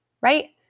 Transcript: Right